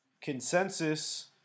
consensus